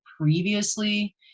previously